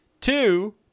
Two